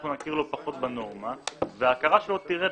אנחנו נכיר לו פחות בנורמה, וההכרה שלו תרד.